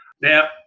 Now